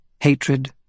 hatred